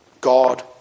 God